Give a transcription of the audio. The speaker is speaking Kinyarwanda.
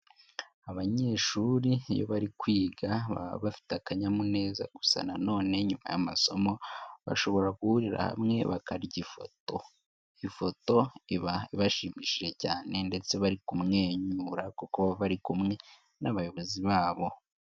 Abanyeshuri iyo bari kwiga baba bafite akanyamuneza, gusa nanone nyuma y'amasomo bashobora guhurira hamwe bakarya ifoto, ifoto iba ibashimishije cyane ndetse bari kumwenyura kuko baba bari kumwe n'abayobozi babo.